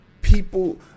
people